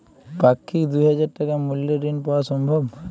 পাক্ষিক দুই হাজার টাকা মূল্যের ঋণ পাওয়া সম্ভব?